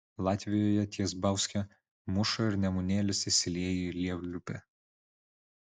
latvijoje ties bauske mūša ir nemunėlis įsilieja į lielupę